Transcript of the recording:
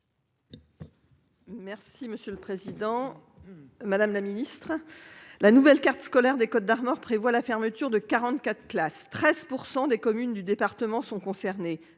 Merci, monsieur le Président. Madame la Ministre. La nouvelle carte scolaire des Côtes d'Armor prévoit la fermeture de 44 classes, 13% des communes du département sont concernés.